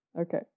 Okay